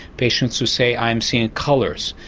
patients who say i am seeing colours,